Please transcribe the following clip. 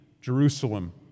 Jerusalem